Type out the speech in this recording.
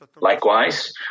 Likewise